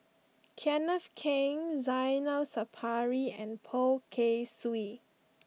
Kenneth Keng Zainal Sapari and Poh Kay Swee